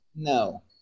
no